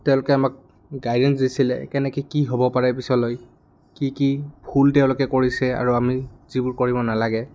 তেওঁলোকে আমাক গাইডেঞ্চ দিছিলে কেনেকৈ কি হ'ব পাৰে পিছলৈ কি কি ভুল তেওঁলোকে কৰিছে আৰু আমি যিবোৰ কৰিব নালাগে